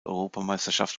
europameisterschaft